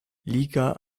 liga